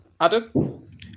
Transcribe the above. Adam